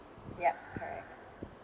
yup correct